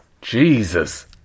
Jesus